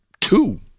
two